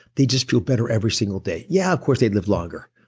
they'd just feel better every single day. yeah, of course they'd live longer,